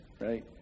right